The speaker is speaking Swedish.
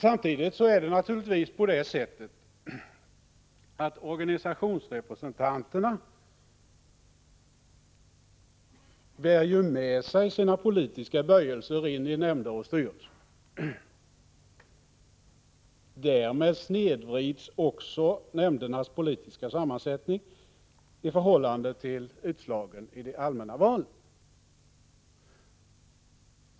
Samtidigt är det naturligtvis på det sättet att organisationsrepresentanterna bär med sig sina politiska böjelser in i nämnder och styrelser. Därmed snedvrids också nämndernas politiska sammansättning i förhållande till utslagen i de allmänna valen.